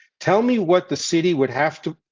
tell me what the city would have to